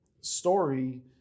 story